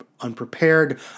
unprepared